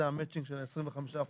זה המצ'ינג של ה-25%.